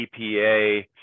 EPA